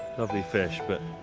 lovely fish, but